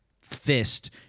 fist